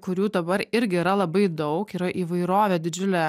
kurių dabar irgi yra labai daug yra įvairovė didžiulė